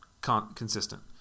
consistent